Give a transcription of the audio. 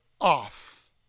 off